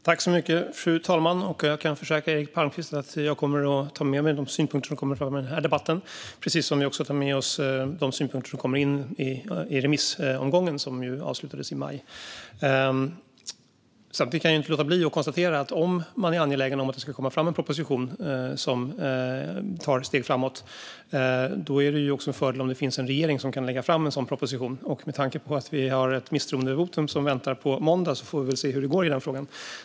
Fru talman! Jag kan försäkra Eric Palmqvist att jag kommer att ta med mig de synpunkter som kommer fram i den här debatten, precis som vi också tar med oss de synpunkter som kom in i den remissomgång som avslutades i maj. Samtidigt kan jag inte låta bli att konstatera att om man är angelägen om att det ska komma fram en proposition som tar steg framåt är det ju en fördel om det finns en regering som kan lägga fram en sådan proposition. Med tanke på att vi har ett misstroendevotum som väntar på måndag får vi väl se hur det går i den frågan.